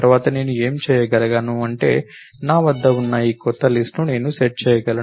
తరువాత నేను ఏమి చేయగలను అంటే నా వద్ద ఉన్న ఈ కొత్త లిస్ట్ ను నేను సెట్ చేయగలను